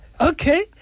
okay